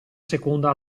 seconda